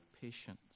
patience